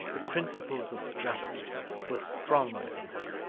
the principles of justice were strong within her.